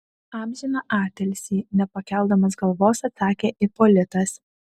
amžiną atilsį nepakeldamas galvos atsakė ipolitas